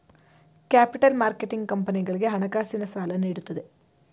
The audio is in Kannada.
ಕ್ಯಾಪಿಟಲ್ ಮಾರ್ಕೆಟಿಂಗ್ ಕಂಪನಿಗಳಿಗೆ ಹಣಕಾಸಿನ ಸಾಲ ನೀಡುತ್ತದೆ